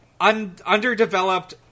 underdeveloped